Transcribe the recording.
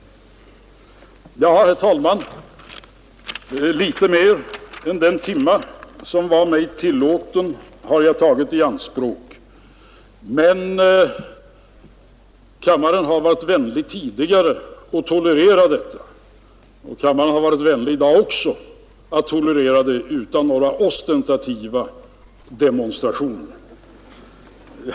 Ja, herr talman, litet mer än den timme som var mig tillåten har jag tagit i anspråk. Kammaren har varit vänlig tidigare och tolererat detta, och kammaren har varit vänlig i dag också och tolererat det utan några ostentativa demonstrationer.